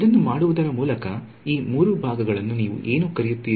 ಇದನ್ನು ಮಾಡುವುದರ ಮೂಲಕ ಈ ಮೂರು ಭಾಗಗಳನ್ನು ನೀವು ಏನು ಕರೆಯುತ್ತೀರಿ